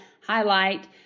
highlight